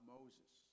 Moses